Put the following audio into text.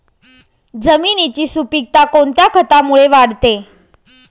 जमिनीची सुपिकता कोणत्या खतामुळे वाढते?